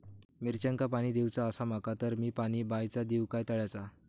मिरचांका पाणी दिवचा आसा माका तर मी पाणी बायचा दिव काय तळ्याचा?